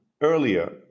earlier